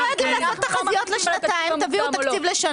אם אתם לא יודעים לעשות תחזיות לשנתיים תביאו תקציב לשנה.